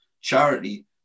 charity